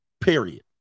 period